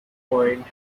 point